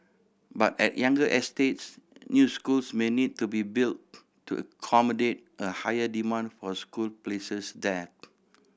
but at younger estates new schools may need to be built to accommodate a higher demand for school places there